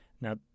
Now